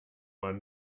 man